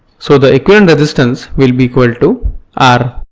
so, the equivalent resistance will be equal to r.